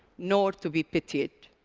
nor to be pitied,